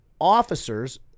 officers